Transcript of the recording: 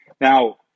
Now